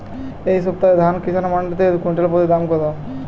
এই সপ্তাহে ধান কিষান মন্ডিতে কুইন্টাল প্রতি দাম কত?